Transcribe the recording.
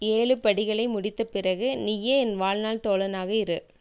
ஏழு படிகளை முடித்த பிறகு நீயே என் வாழ்நாள் தோழனாக இரு